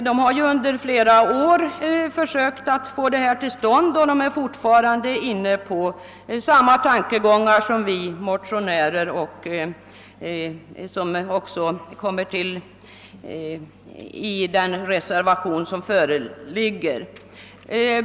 Det har under flera år försökt att få den löst, och man är där fortfarande inne på samma tankegångar som vi motionärer har, vilka också kommer till uttryck i reservationen 4.